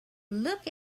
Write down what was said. look